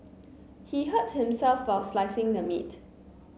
he hurt himself while slicing the meat